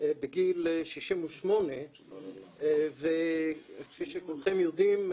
בגיל 68. כפי שכולכם יודעים,